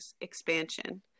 expansion